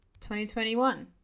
2021